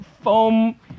foam